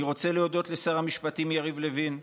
אני רוצה להודות לשר המשפטים יריב לוין,